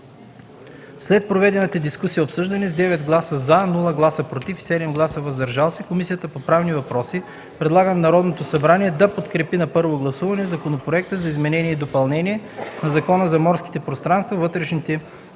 След проведената дискусия и обсъждане, с 9 гласа „за”, без „против” и 7 гласа „въздържали се”, Комисията по правни въпроси предлага на Народното събрание да подкрепи на първо гласуване Законопроекта за изменение и допълнение на Закона за морските пространства, вътрешните